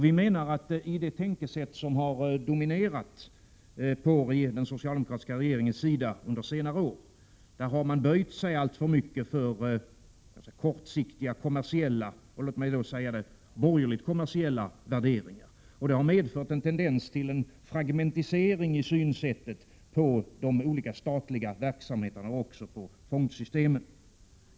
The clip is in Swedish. Vi menar nämligen när det gäller de tankar som har varit dominerande inom den socialdemokratiska regeringen under senare år att man har böjt sig alltför mycket för ganska kortsiktiga och, låt mig säga, borgerligt kommersiella värderingar. Det har medfört en tendens till fragmentisering i synsättet i fråga om de olika statliga verksamheterna och även fondsystemen.